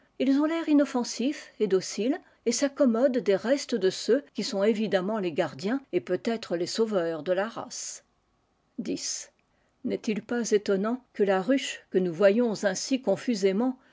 ils ont l'air inoffensif et docile et saccommodent des restes de ceux qui it évidemment les gardiens et peut-être les iveurs de la race n est-il pas étonnant que la ruche que nous voyons ainsi confusément